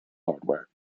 hardware